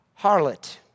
harlot